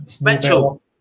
Mitchell